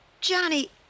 Johnny